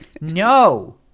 no